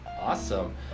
Awesome